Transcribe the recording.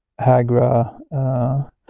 hagra